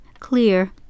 Clear